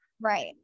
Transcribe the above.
Right